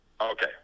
okay